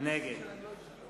נגד